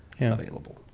available